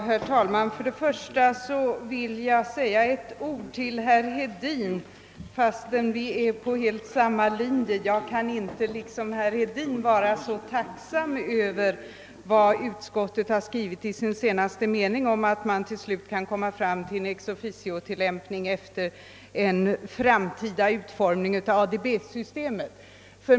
Herr talman! Först vill jag säga ett par ord till herr Hedin, fastän vi helt står på samma linje. Jag kan inte vara så tacksam som herr Hedin över vad utskottet skriver i slutet av sitt utlåtande om att den framtida utformningen av ADB-systemet kan komma att möjliggöra en ex officio-tillämpning.